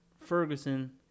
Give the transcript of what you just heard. Ferguson